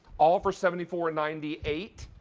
on for seventy four ninety eight.